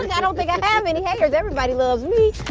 and i don't think i have any haters, everybody loves me!